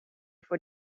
voor